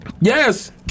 Yes